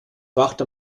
wacht